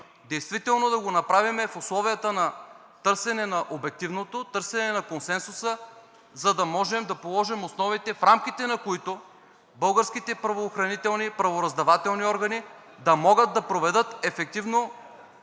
действително да го направим в условията на търсене на обективното търсене на консенсуса, за да може да положим основните, в рамките на които българските правоохранителни и правораздавателни органи да могат да проведат ефективно